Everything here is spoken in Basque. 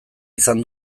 izan